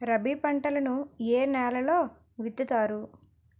రబీ పంటలను ఏ నెలలో విత్తుతారు?